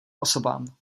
osobám